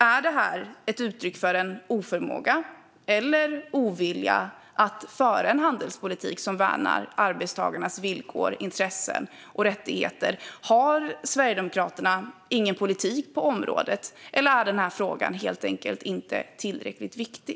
Är detta ett uttryck för en oförmåga eller ovilja att föra en handelspolitik som värnar arbetstagarnas villkor, intressen och rättigheter? Har Sverigedemokraterna ingen politik på området eller är frågan inte tillräckligt viktig?